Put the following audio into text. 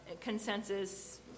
consensus